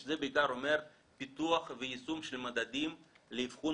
שזה בעיקר אומר פיתוח ויישום של מדדים לאבחון